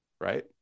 right